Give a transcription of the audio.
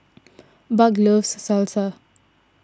Buck loves Salsa